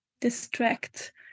distract